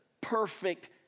perfect